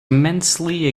immensely